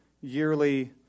yearly